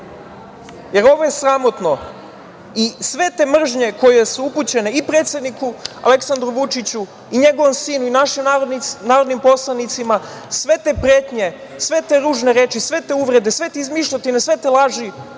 jer ovo je sramotno. I sve te mržnje koje su upućene i predsedniku Aleksandru Vučiću i njegovom sinu i našim narodnim poslanicima, sve te pretnje, sve te ružne reči, sve te uvrede, sve te izmišljotine, sve te laži